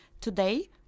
today